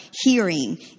hearing